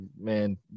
man